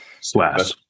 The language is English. Slash